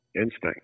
instinct